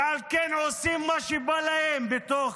ועל כן, עושים מה שבא להם בתוך